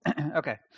okay